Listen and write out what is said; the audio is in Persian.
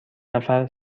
نفر